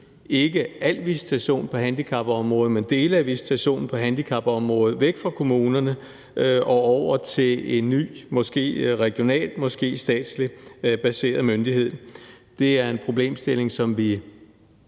ikke al visitation på handicapområdet, men dele af visitationen på handicapområdet væk fra kommunerne og til en ny måske regionalt, måske statsligt baseret myndighed. Det er en problemstilling, som vi,